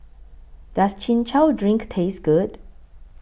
Does Chin Chow Drink Taste Good